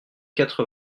quatre